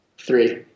Three